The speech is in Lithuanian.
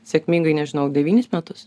sėkmingai nežinau devynis metus